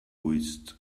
wits